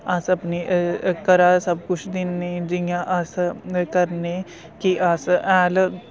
अस अपने घरा सब कुश दिन्ने जियां अस करने कि अस हैल